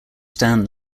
stand